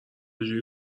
جوری